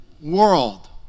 world